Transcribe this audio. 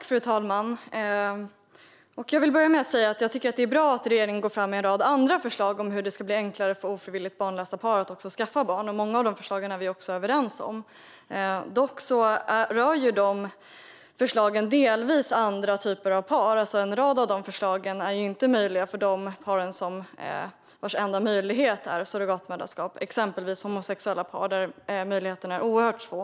Fru talman! Jag vill börja med att säga att det är bra att regeringen går fram med en rad andra förslag om hur det ska bli enklare för ofrivilligt barnlösa par att skaffa barn. Många av förslagen är vi överens om. Dock rör dessa förslag delvis andra typer av par, och en rad förslag är inte möjliga för de par vars enda möjlighet är surrogatmoderskap, exempelvis homosexuella par, där möjligheterna är oerhört små.